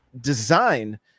design